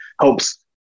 helps